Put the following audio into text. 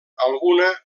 alguna